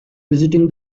visiting